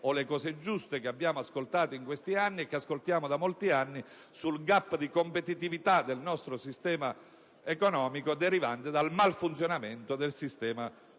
o le cose giuste che abbiamo ascoltato e che ascoltiamo da molti anni sul *gap* di competitività del nostro sistema economico derivante dal malfunzionamento del sistema giudiziario).